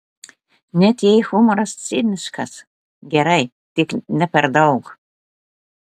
net jei humoras ciniškas gerai tik ne per daug